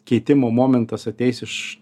kitimo momentas ateis iš